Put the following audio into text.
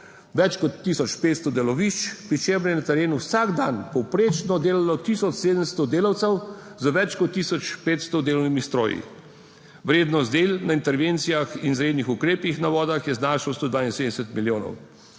Več kot 1500 delovišč, pri čemer je na terenu vsak dan povprečno delalo 1700 delavcev z več kot 1500 delovnimi stroji. Vrednost del na intervencijah in izrednih ukrepih na vodah je znašal 172 milijonov.